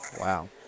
Wow